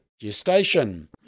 gestation